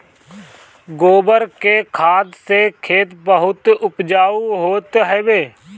गोबर के खाद से खेत बहुते उपजाऊ होत हवे